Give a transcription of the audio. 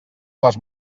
les